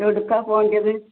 എവിടേക്കാണ് പോവേണ്ടത്